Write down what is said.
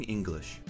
English